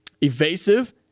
evasive